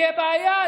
תהיה בעיה.